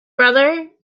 brother